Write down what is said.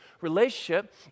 relationship